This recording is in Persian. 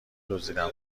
دزدیدن